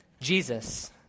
Jesus